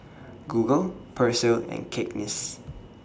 Google Persil and Cakenis